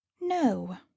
No